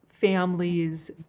families